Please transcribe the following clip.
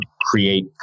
create